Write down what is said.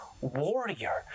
warrior